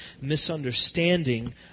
misunderstanding